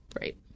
Right